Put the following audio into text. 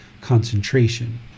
concentration